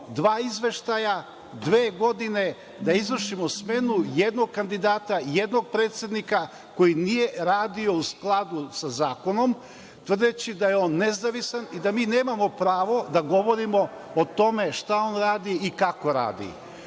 izveštaja, dve godine, da izvršimo smenu jednog kandidata, jednog predsednika koji nije radio u skladu sa zakonom, tvrdeći da je on nezavisan i da mi nemamo pravo da govorimo o tome šta on radi i kako radi. Odbor